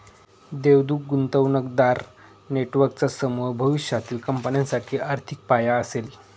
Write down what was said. देवदूत गुंतवणूकदार नेटवर्कचा समूह भविष्यातील कंपन्यांसाठी आर्थिक पाया असेल